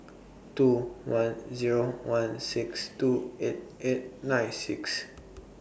two one Zero one six two eight eight nine six